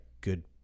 good